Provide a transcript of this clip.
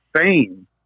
fame